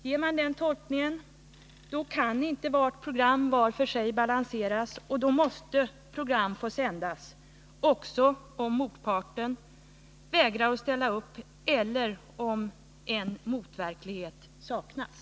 Ger man lagen den tolkningen kan inte varje program vart för sig balanseras, och då måste program få sändas också om motparten vägrar att ställa upp eller om en motverklighet saknas.